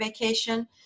vacation